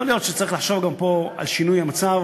יכול להיות שצריך לחשוב גם פה על שינוי המצב